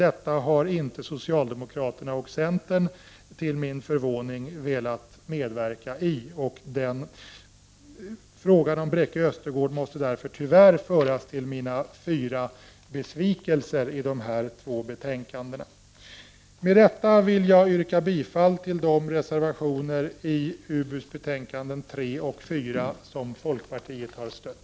Detta har inte socialdemokraterna och centern, till min förvåning, velat medverka i. Frågan om Bräcke Östergård måste tyvärr därför föras till mina fyra besvikelser i dessa två betänkanden. Med detta vill jag yrka bifall till de reservationer till utbildningsutskottets betänkanden 3 och 4 som folkpartiet har stött.